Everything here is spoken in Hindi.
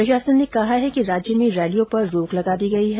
प्रशासन ने कहा कि राज्य में रैलियों पर रोक लगा दी गई है